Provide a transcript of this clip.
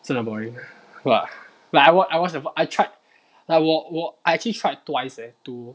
真的 boring !wah! like I watch I watch I tried like 我我 I actually tried twice eh to